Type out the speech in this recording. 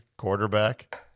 Quarterback